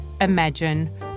imagine